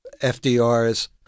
FDR's